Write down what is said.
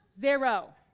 zero